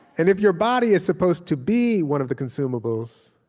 and if your body is supposed to be one of the consumables,